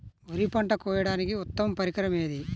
వరి పంట కోయడానికి ఉత్తమ పరికరం ఏది?